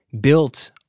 built